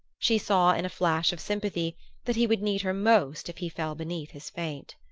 she saw in a flash of sympathy that he would need her most if he fell beneath his fate.